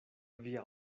via